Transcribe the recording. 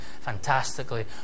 fantastically